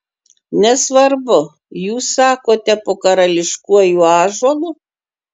nesvarbu jūs sakote po karališkuoju ąžuolu